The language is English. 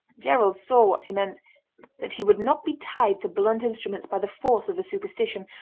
gerald saw what he meant that he would not be tied to blunt instruments by the force of a superstition,